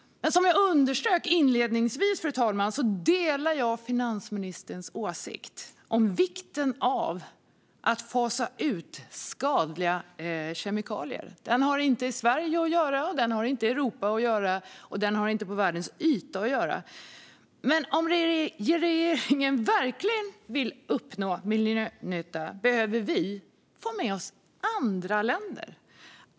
Som jag underströk inledningsvis, fru talman, delar jag finansministerns åsikt om vikten av att fasa ut skadliga kemikalier. De har inte i Sverige att göra, de har inte i Europa att göra och de har inte på jordens yta att göra. Men om regeringen verkligen vill uppnå miljönytta behöver vi få med oss andra länder.